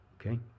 Okay